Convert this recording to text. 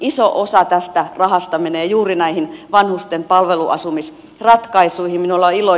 iso osa tästä rahasta menee juuri näihin vanhusten palveluasumisratkaisuihin